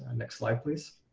and next slide please.